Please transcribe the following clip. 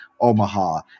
Omaha